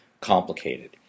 complicated